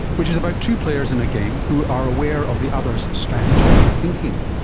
which is about two players in a game who are aware of the other's strategy and thinking.